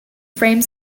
frame